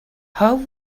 how